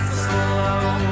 slow